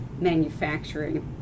manufacturing